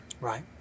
Right